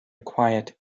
quiet